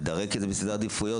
לדרג את זה בסדר עדיפויות,